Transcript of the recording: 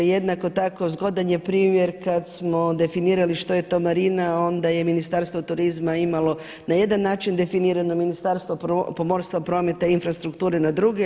Jednako tako zgodan je primjer kad smo definirali što je to marina, onda je Ministarstvo turizma imalo na jedan način definirano Ministarstvo pomorstva, prometa i infrastrukture na drugi.